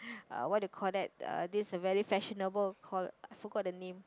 uh what you call that uh this very fashionable call I forgot the name